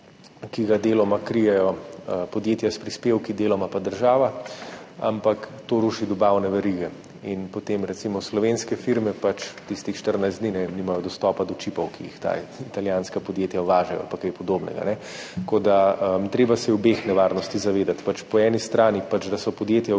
ki ga deloma krijejo podjetja s prispevki, deloma pa država, ampak to ruši dobavne verige in potem recimo slovenske firme pač tistih štirinajst dni, ne vem, nimajo dostopa do čipov, ki jih ta italijanska podjetja uvažajo, ali pa kaj podobnega. Tako da se je treba obeh nevarnosti zavedati, da so po eni strani podjetja